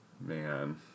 Man